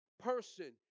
person